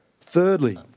Thirdly